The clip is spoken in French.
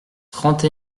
trente